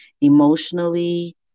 emotionally